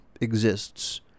exists